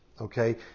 okay